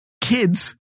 kids